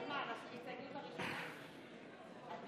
חברי הכנסת בצלאל סמוטריץ', מיכל